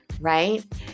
right